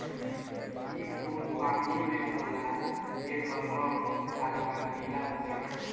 इ फूल पानी में होला जेकर रंग हल्का नीला होखेला